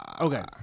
Okay